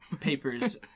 papers